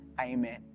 Amen